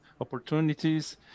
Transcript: opportunities